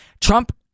Trump